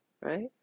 right